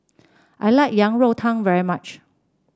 I like Yang Rou Tang very much